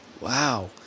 Wow